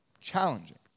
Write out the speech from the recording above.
challenging